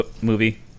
movie